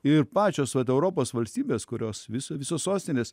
ir pačios vat europos valstybės kurios vis visos sostinės